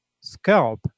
scalp